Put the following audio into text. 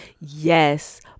Yes